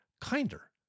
kinder